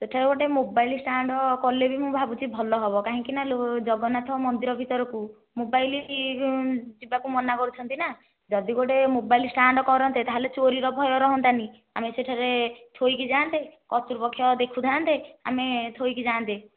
ସେଠାରେ ଗୋଟିଏ mobile stand କଲେ ବି ମୁଁ ଭାବୁଛି ଭଲ ହେବ କାହିଁକି ନା ଜଗନ୍ନାଥ ମନ୍ଦିର ଭିତରକୁ ମୋବାଇଲ ଯେଉଁ ଯିବାକୁ ମନା କରୁଛନ୍ତି ନା ଯଦି ଗୋଟିଏ ମୋବାଇଲ ଷ୍ଟାଣ୍ଡ କରନ୍ତେ ତାହେଲେ ଚୋରି ର ଭୟ ରହନ୍ତାନି ଆମେ ସେଠାରେ ଥୋଇକି ଯାଆନ୍ତେ କର୍ତ୍ତୃପକ୍ଷ ଦେଖୁଥାନ୍ତେ ଆମେ ଥୋଇକି ଯାଆନ୍ତେ